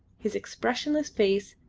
his expressionless face,